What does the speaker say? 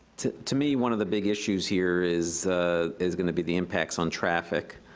to to me, one of the big issues here is is gonna be the impacts on traffic.